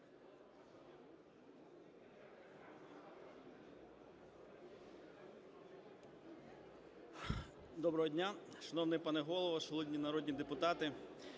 Доброго дня. Шановний пане Голово, шановні народні депутати,